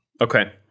Okay